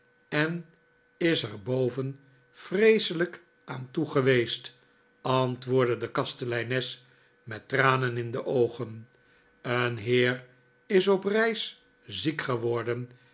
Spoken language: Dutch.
en is er boven vreeselijk aan toe geweest antwoordde de kasteleines met tranen in de oogen een heer is op reis ziek geworden